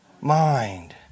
mind